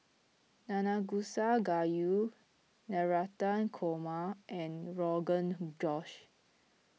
Nanakusa Gayu Navratan Korma and Rogan Josh